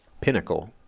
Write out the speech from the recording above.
pinnacle